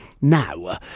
Now